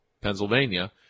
Pennsylvania